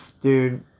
Dude